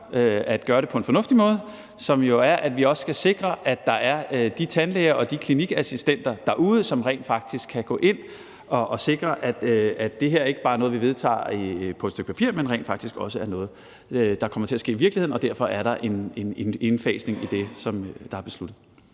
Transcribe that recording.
at gøre det på en fornuftig måde, som jo er, at vi også skal sikre, at der er de tandlæger og de klinikassistenter derude, som rent faktisk kan gå ind at sikre, at det her ikke bare er noget, vi vedtager på et stykke papir, men rent faktisk også er noget, der kommer til at ske i virkeligheden. Derfor er der en indfasning i det, der er besluttet.